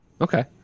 Okay